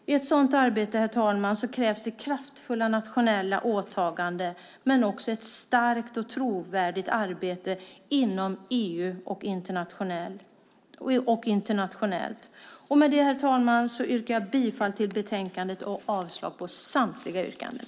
I ett sådant arbete krävs kraftfulla nationella åtaganden och ett starkt och trovärdigt arbete inom EU och internationellt. Med det yrkar jag bifall till förslaget i betänkandet och avslag på samtliga motioner.